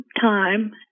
time